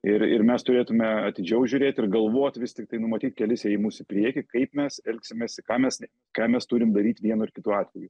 ir ir mes turėtume atidžiau žiūrėt ir galvot vis tiktai numatyt kelis ėjimus į priekį kaip mes elgsimės į ką mes ką mes turim daryt vienu ar kitu atveju